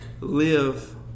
live